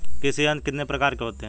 कृषि यंत्र कितने प्रकार के होते हैं?